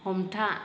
हमथा